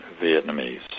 Vietnamese